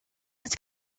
his